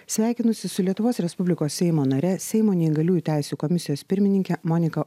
sveikinusi su lietuvos respublikos seimo nare seimo neįgaliųjų teisių komisijos pirmininke monika